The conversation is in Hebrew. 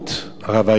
הרב אייכלר,